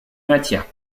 matière